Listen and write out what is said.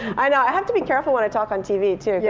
i know, i have to be careful when i talk on tv too. yeah